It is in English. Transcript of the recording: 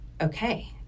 okay